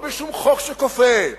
לא בשום חוק שכופה,